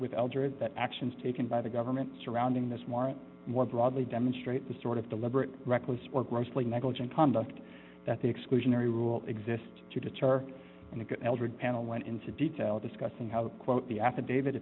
algeria that actions taken by the government surrounding this more and more broadly demonstrate the sort of deliberate reckless or grossly negligent conduct that the exclusionary rule exists to deter eldred panel went into detail discussing how quote the affidavit